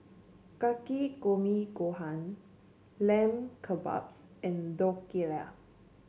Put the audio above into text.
Takikomi Gohan Lamb Kebabs and Dhokla